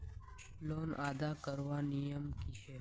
Loan अदा करवार नियम की छे?